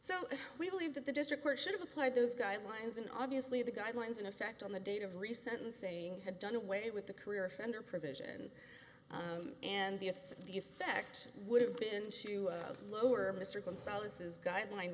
so we believe that the district court should have applied those guidelines and obviously the guidelines in effect on the date of recent saying had done away with the career offender provision and the if the effect would have been to lower mr gonzales as guideline